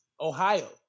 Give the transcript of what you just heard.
Ohio